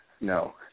no